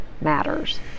matters